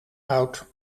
oud